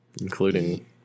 Including